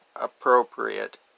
appropriate